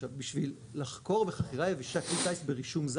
עכשיו בשביל לחכור בחכירה יבשה כלי טייס ברישום,